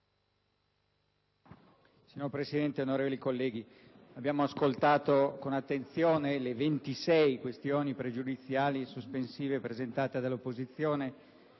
Signor Presidente, onorevoli colleghi, abbiamo ascoltato con attenzione le 27 questioni pregiudiziali e sospensive presentate dall'opposizione